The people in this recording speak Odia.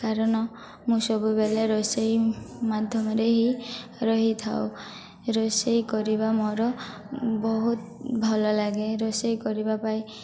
କାରଣ ମୁଁ ସବୁବେଳେ ରୋଷେଇ ମାଧ୍ୟମରେ ହିଁ ରହିଥାଉ ରୋଷେଇ କରିବା ମୋର ବହୁତ ଭଲ ଲାଗେ ରୋଷେଇ କରିବା ପାଇଁ